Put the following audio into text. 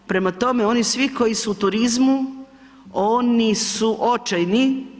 Prema tome, oni svi koji su u turizmu, oni su očajni.